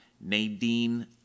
Nadine